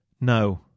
no